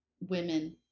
women